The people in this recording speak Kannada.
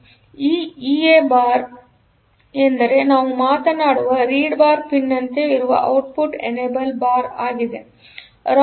ಆದ್ದರಿಂದ ಇಎ ಬಾರ್ ಎಂದರೆ ನಾವು ಮಾತನಾಡುವ ರೀಡ್ ಬಾರ್ ಪಿನ್ನಂತೆಯೇ ಇರುವ ಔಟ್ಪುಟ್ ಎನೇಬಲ್ ಬಾರ್ ಆಗಿದೆ